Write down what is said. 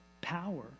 power